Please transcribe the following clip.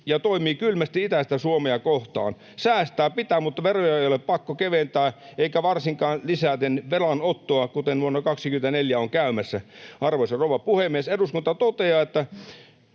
ja toimii kylmästi itäistä Suomea kohtaan. Säästää pitää, mutta veroja ei ole pakko keventää, eikä varsinkaan lisäten velanottoa, kuten vuonna 24 on käymässä.” Arvoisa rouva puhemies, ”eduskunta toteaa, että